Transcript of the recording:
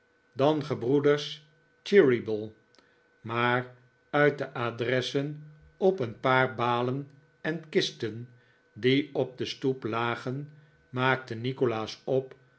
dan gebroeders cheery ble maar uit de adressen op een paar balen en kisten die op de stoep lagen maakte nikolaas op